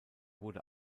wurde